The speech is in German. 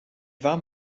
warm